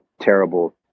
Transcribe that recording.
terrible